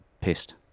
pissed